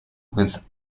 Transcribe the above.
with